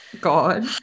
God